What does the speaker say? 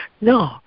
No